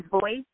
voice